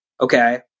okay